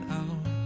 out